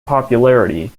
popularity